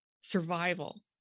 survival